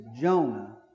Jonah